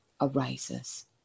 arises